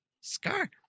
Scar